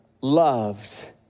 loved